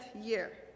year